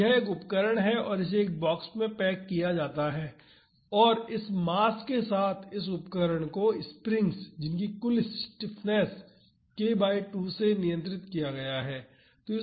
तो यह एक उपकरण है और इसे एक बॉक्स में पैक किया जाता है और इस मास के साथ इस उपकरण को स्प्रिंग्स जिनकी कुल स्टिफनेस k बाई 2 से नियंत्रित किया गया है